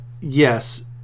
yes